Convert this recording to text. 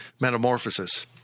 metamorphosis